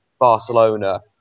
Barcelona